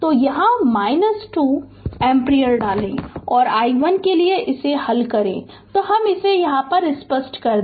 तो यहाँ i2 2 ampere डालें और i1 के लिए हल करें तो हम इसे यहाँ स्पष्ट कर दे